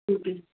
okay